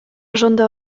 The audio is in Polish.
żąda